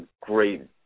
great